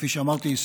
כפי שאמרתי,